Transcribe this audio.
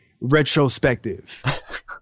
retrospective